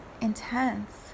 intense